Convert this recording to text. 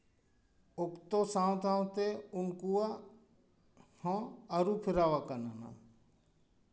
ᱚᱠᱛᱚ ᱥᱟᱶ ᱥᱟᱶᱛᱮ ᱩᱱᱠᱩᱣᱟᱜ ᱦᱚᱸ ᱟᱹᱨᱩ ᱯᱷᱮᱨᱟᱣ ᱟᱠᱟᱱᱟ